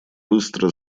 быстро